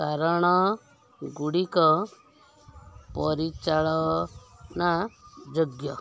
କାରଣ ଗୁଡ଼ିକ ପରିଚାଳନା ଯୋଗ୍ୟ